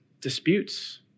disputes